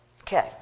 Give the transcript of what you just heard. Okay